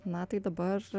na tai dabar